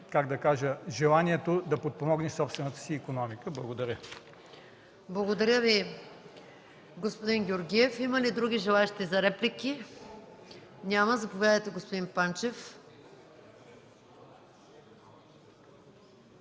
как да кажа, желание да подпомогнеш собствената си икономика. Благодаря. ПРЕДСЕДАТЕЛ МАЯ МАНОЛОВА: Благодаря Ви, господин Георгиев. Има ли други желаещи за реплики? Няма. Заповядайте, господин Панчев.